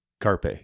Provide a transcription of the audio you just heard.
carpe